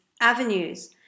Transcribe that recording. avenues